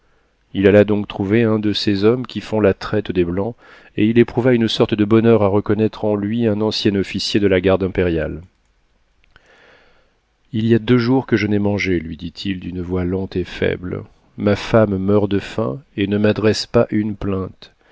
il alla donc trouver un de ces hommes qui font la traite des blancs et il éprouva une sorte de bonheur à reconnaître en lui un ancien officier de la garde impériale il y a deux jours que je n'ai mangé lui dit-il d'une voix lente et faible ma femme meurt de faim et ne m'adresse pas une plainte